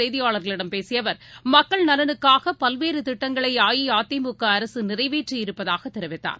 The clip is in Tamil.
செய்தியாளர்களிடம் பேசியஅவர் நேற்றுமதுரையில் மக்கள் நலனுக்காகபல்வேறுதிட்டங்களைஅஇஅதிமுகஅரசுநிறைவேற்றியிருப்பதாகதெரிவித்தார்